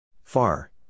Far